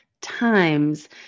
times